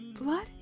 blood